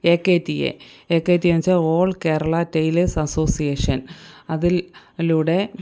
A K T A A K T A ന്നുവച്ചാല് all Kerala tailors association അതിലൂടെ